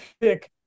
pick